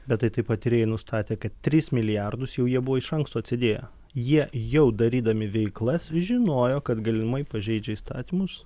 bet tai taip pat tyrėjai nustatė kad tris milijardus jau jie buvo iš anksto atsidėję jie jau darydami veiklas žinojo kad galimai pažeidžia įstatymus